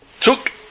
took